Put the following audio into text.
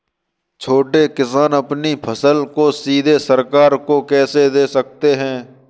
छोटे किसान अपनी फसल को सीधे सरकार को कैसे दे सकते हैं?